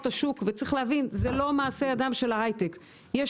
צריך להבין שזה לא מעשה ידיו של ההיי-טק אלא